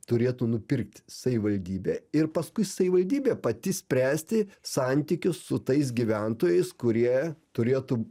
turėtų nupirkt savivaldybė ir paskui savivaldybė pati spręsti santykius su tais gyventojais kurie turėtų